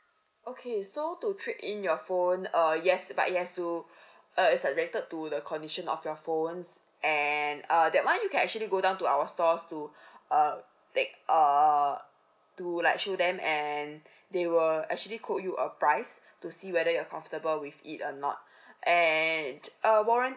okay so to trade in your phone uh yes but you have to err is subjected to the condition of your phones and err that [one] you can actually go down to our stores to uh like uh to like show them and they will actually quote you a price to see whether you're comfortable with it or not and warranty